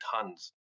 tons